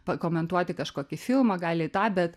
pakomentuoti kažkokį filmą gali tą bet